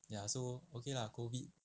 ya so okay lah COVID